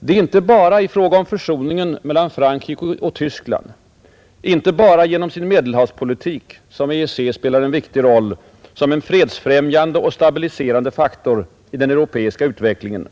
Det är inte bara i fråga om försoningen mellan Frankrike och Tyskland, inte bara genom sin Medelhavspolitik som EEC spelar en viktig roll som en fredsfrämjande och stabiliserande faktor i den europeiska utvecklingen.